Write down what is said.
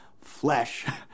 flesh